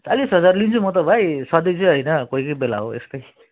चालिस हजार लिन्छु म त भाइ सधैँ चाहिँ होइन कोही कोही बेला हो यस्तै